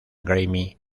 grammy